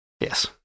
Yes